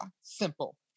Simple